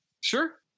Sure